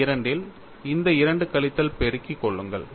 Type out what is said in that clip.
இந்த இரண்டில் இந்த 2 கழித்தல் பெருக்கிக் கொள்ளுங்கள்